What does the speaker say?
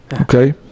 Okay